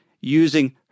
using